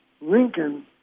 Lincoln